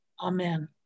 amen